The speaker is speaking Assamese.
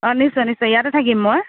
অ নিশ্চয় নিশ্চয় ইয়াতে থাকিম মই